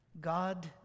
God